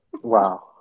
Wow